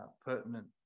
pertinent